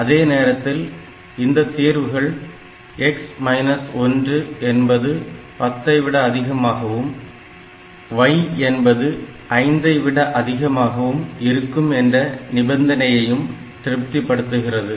அதேநேரத்தில் இந்த தீர்வுகள் x 1 என்பது 10 ஐ விட அதிகமாகவும் y என்பது 5 ஐ விட அதிகமாகவும் இருக்கும் என்ற நிபந்தனையையும் திருப்திபடுத்துகிறது